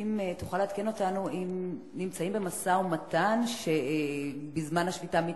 אם תוכל לעדכן אותנו אם נמצאים במשא-ומתן בזמן השביתה,